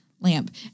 lamp